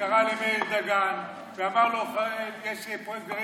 שקרא למאיר דגן ואמר לו: יש להם פרויקט גרעין,